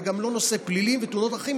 וגם לא נושא פליליים ותאונות דרכים,